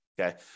Okay